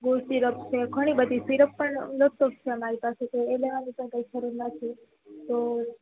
good syrup છે ઘણી બધી સિરપ પણ અનુક્ત છે અમારી પાસે તો એટલે આ રીતે ખરીદવાની જરૂર નથી તો